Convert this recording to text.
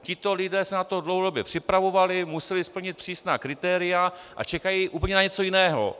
Tito lidé se na to dlouhodobě připravovali, museli splnit přísná kritéria a čekají úplně na něco jiného.